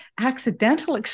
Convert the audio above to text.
accidental